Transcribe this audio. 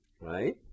right